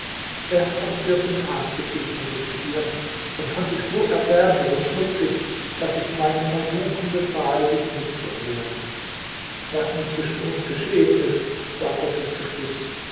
erst am vierten tag begegnete ich dir und fand dich so erbärmlich und schmutzig daß ich meinen eunuchen befahl dich mitzunehmen was nun zwischen uns geschehen ist war gottes beschluß